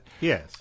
Yes